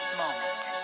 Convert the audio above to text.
moment